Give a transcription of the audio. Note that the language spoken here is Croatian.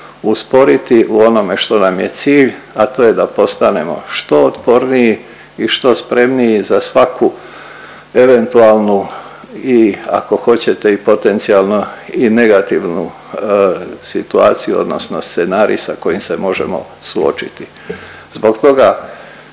usporiti u onome što nam je cilj, a to je da postanemo što otporniji i što spremniji za svaku eventualnu i ako hoćete i potencijalno i negativnu situaciju odnosno scenarij sa kojim se možemo suočiti. Zbog toga